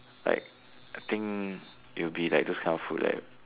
like I think it'll be like those kind of food that